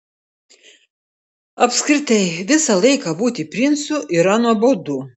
apskritai visą laiką būti princu yra nuobodu